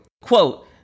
Quote